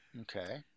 okay